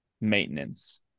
maintenance